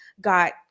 got